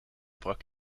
brak